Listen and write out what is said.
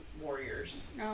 warriors